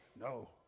No